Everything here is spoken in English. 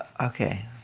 Okay